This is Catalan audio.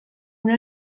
una